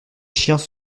chiens